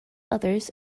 others